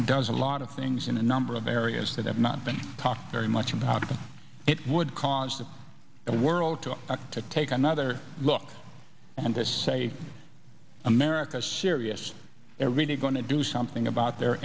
and does a lot of things in a number of areas that have not been talked very much about it would cause the world to take another look and they say america is serious they're really going to do something about their